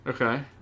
Okay